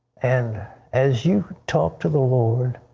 and as you talk to the lord